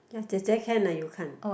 ya 姐姐：jie jie can lah you can't